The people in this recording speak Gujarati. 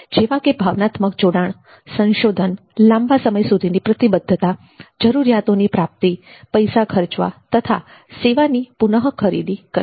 જેવાકે ભાવનાત્મક જોડાણ સંશોધન લાંબા સમય સુધીની પ્રતિબદ્ધતા જરૂરિયાતોની પ્રાપ્તિ પૈસા ખર્ચવા તથા સેવાની પુનઃ ખરીદી કરવી